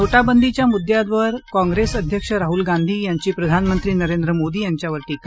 नोटाबंदीच्या मुद्यावर काँग्रेस अध्यक्ष राहुल गांधी यांची प्रधानमंत्री नरेंद्र मोदी यांच्यावर टीका